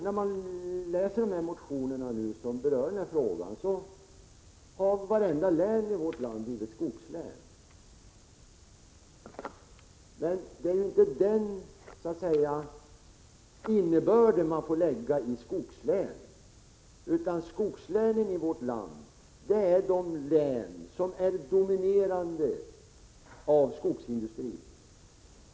När man läser motionerna som berör denna fråga märker man att vartenda län i vårt land har blivit skogslän. Men det är ju inte en sådan innebörd man får lägga i begreppet skogslän, utan skogslänen i vårt land är de län som är dominerade av skogsindustrin.